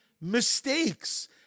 mistakes